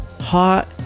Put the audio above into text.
hot